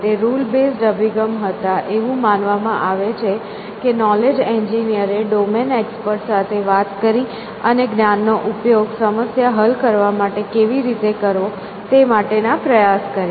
તે rule based અભિગમ હતા એવું માનવામાં આવે છે કે નોલેજ એન્જિનિયરે ડોમેન એક્સપર્ટ સાથે વાત કરી અને જ્ઞાન નો ઉપયોગ સમસ્યા હલ કરવા માટે કેવી રીતે કરવો તે માટેના પ્રયાસ કર્યા